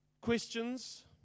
questions